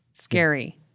scary